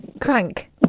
Crank